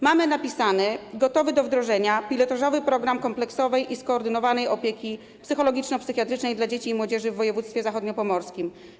Mamy napisany, gotowy do wdrożenia pilotażowy program kompleksowej i skoordynowanej opieki psychologiczno-psychiatrycznej dla dzieci i młodzieży w województwie zachodniopomorskim.